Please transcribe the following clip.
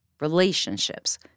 relationships